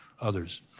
others